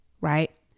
Right